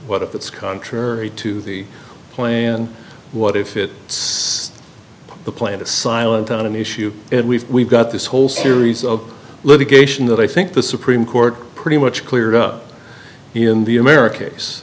what if it's contrary to the play and what if it it's the plan is silent on an issue and we've we've got this whole series of litigation that i think the supreme court pretty much cleared up in the american